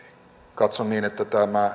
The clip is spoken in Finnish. katson niin että